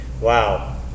Wow